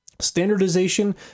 Standardization